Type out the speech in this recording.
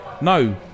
no